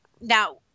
now